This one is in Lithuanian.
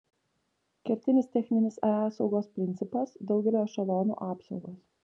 kertinis techninis ae saugos principas daugelio ešelonų apsaugos